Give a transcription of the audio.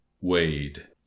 Wade